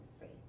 faith